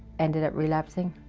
ended up relapsing,